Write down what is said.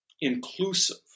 inclusive